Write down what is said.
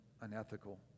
unethical